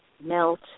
melt